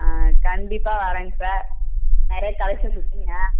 ஆ கண்டிப்பாக வரேங்க சார் நிறையா கலெக்ஷன் இருக்குதுங்க